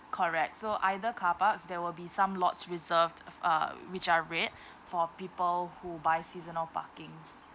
correct so either carparks there will be some lots reserved f~ uh which are red for people who buy seasonal parking